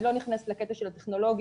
אני לא נכנסת לקטע של הטכנולוגיות,